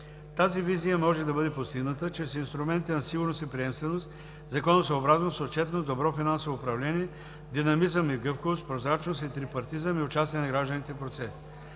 Тази визия може да бъде постигната чрез инструментите на сигурност и приемственост, законосъобразност, отчетност, добро финансово управление, динамизъм и гъвкавост, прозрачност и трипартизъм и участие на гражданите в процесите.